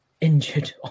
injured